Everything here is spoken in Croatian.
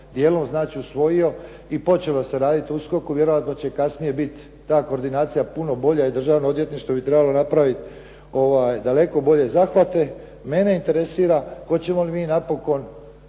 dijelom, znači usvojio i počelo se raditi u USKOK-u. Vjerojatno će kasnije biti ta koordinacija puno bolja i Državno odvjetništvo bi trebalo napraviti daleko bolje zahvate. Mene interesira hoćemo li mi napokon